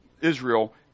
Israel